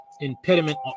impediment